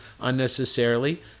unnecessarily